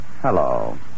hello